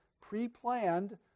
pre-planned